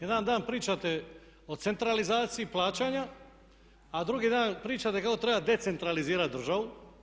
Jedan dan pričate o centralizaciji plaćanja, a drugi dan pričate kako treba decentralizirati državu.